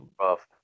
rough